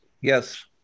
Yes